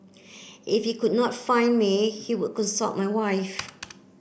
if he could not find me he would consult my wife